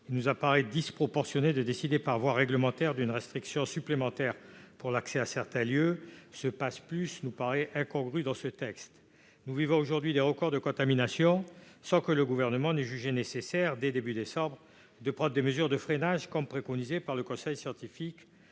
Il nous apparaît disproportionné de décider par voie réglementaire d'une restriction supplémentaire pour l'accès à certains lieux. Ce « passe +» nous paraît incongru dans ce texte. Nous vivons aujourd'hui des records de contamination sans que le Gouvernement ait jugé nécessaire de prendre, dès début décembre, des mesures de freinage, comme le préconisait le conseil scientifique.